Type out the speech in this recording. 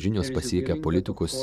žinios pasiekia politikus